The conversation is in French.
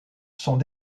sont